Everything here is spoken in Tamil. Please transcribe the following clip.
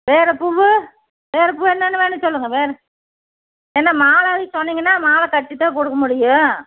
வேறுப்பூவு வேறுப்பூ என்னென்ன வேணும் சொல்லுங்கள் வேறு என்ன மாலைன்னு சொன்னிங்கன்னா மாலைக்கட்டித்தான் கொடுக்க முடியும்